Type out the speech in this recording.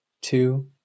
Two